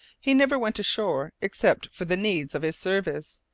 he never went ashore except for the needs of his service,